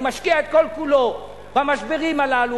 הוא משקיע את כל-כולו במשברים הללו.